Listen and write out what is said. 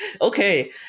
okay